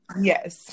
yes